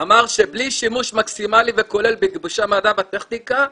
אמר שבלי שימוש מקסימלי וכולל בכיבושי המדע והטכניקה,